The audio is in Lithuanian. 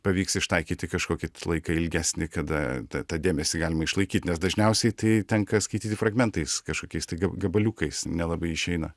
pavyks ištaikyti kažkokį laiką ilgesnį kada tą tą dėmesį galima išlaikyt nes dažniausiai tai tenka skaityti fragmentais kažkokiais tai ga gabaliukais nelabai išeina